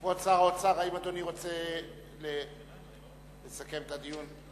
כבוד שר האוצר, האם אדוני רוצה לסכם את הדיון?